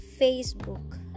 Facebook